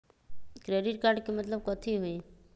Credit card के मतलब कथी होई?